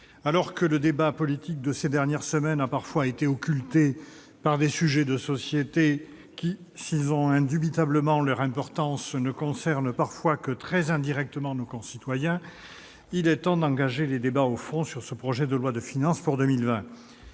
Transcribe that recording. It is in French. alors que le débat politique de ces dernières semaines a parfois été occulté par des sujets de société qui, s'ils ont indubitablement leur importance, ne concernent parfois que très indirectement nos concitoyens, il est temps d'engager la discussion au fond de ce projet de loi de finances pour 2020.